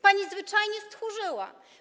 Pani zwyczajnie stchórzyła.